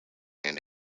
hand